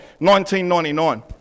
1999